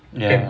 ya